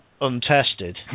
untested